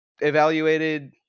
evaluated